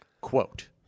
Quote